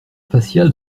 facial